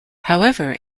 however